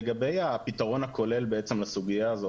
לגבי הפתרון הכולל לסוגיה הזאת,